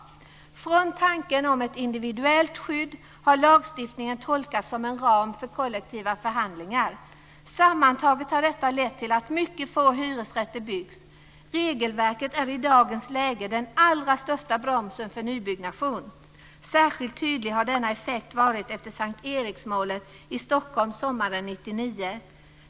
Utifrån tanken om ett individuellt skydd har lagstiftningen tolkats som en ram för kollektiva förhandlingar. Sammantaget har detta lett till att mycket få hyresrätter byggs. Regelverket är i dagens läge den allra största bromsen för nybyggnation. Särskilt tydlig har denna effekt varit efter S:t Eriksmålet i Stockholm sommaren 1999.